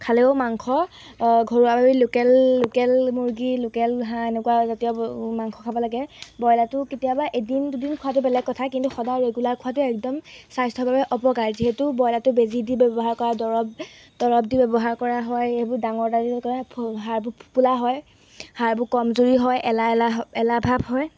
খালেও মাংস ঘৰুৱাভাৱে লোকেল লোকেল মুৰ্গী লোকেল হাঁহ এনেকুৱা জাতীয় মাংস খাব লাগে ব্ৰইলাৰটো কেতিয়াবা এদিন দুদিন খোৱাটো বেলেগ কথা কিন্তু সদায় ৰেগুলাৰ খোৱাটো একদম স্বাস্থ্যৰ বাবে অপকাৰ যিহেতু ব্ৰইলাৰটো বেজী দি ব্যৱহাৰ কৰা দৰৱ দৰৱ দি ব্যৱহাৰ কৰা হয় সেইবোৰ ডাঙৰ ডাঙৰ হাড়বোৰ ফুপোলা হয় হাড়বোৰ কমজুৰী হয় এলাহ এলাহ এলাহভাৱ হয়